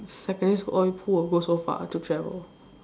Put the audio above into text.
secondary school all who will go so far to travel